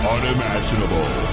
Unimaginable